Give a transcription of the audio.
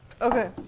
okay